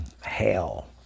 Hell